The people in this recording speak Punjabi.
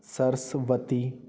ਸਰਸਵਤੀ